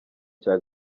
cya